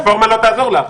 הרפורמה לא תעזור לך.